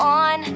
on